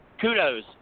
kudos